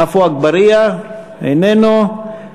עפו אגבאריה, איננו.